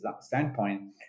standpoint